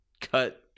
cut